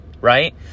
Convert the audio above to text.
right